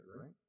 right